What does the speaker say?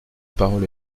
parole